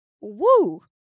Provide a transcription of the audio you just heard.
woo